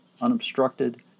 unobstructed